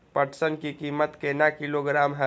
पटसन की कीमत केना किलोग्राम हय?